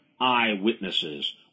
eyewitnesses